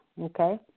okay